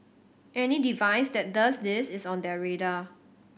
any device that does this is on their radar